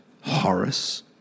Horace